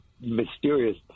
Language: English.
mysterious